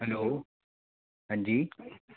hello हाँ जी